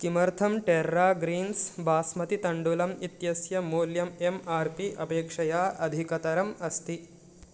किमर्थं Terra Greens basmati तण्डुलम् इत्यस्य मूल्यम् एम् आर् पी अपेक्षया अधिकतरम् अस्ति